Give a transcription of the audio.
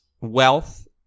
wealth